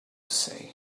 say